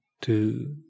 two